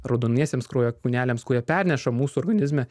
raudoniesiems kraujo kūneliams kurie perneša mūsų organizme